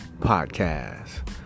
Podcast